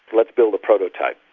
let's build a prototype.